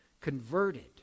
converted